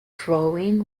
drawing